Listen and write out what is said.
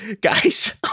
guys